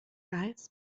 weiß